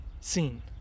seen